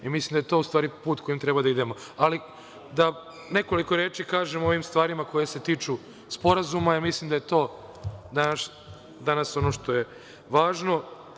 Mislim da je to u stvari put kojim treba da idemo, ali da nekoliko reči kažem i o ovim stvarima koje se tiču sporazuma jer mislim da je to danas ono što je važno.